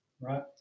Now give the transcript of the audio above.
Right